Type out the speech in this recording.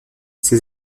ces